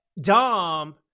Dom